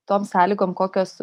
tom sąlygom kokios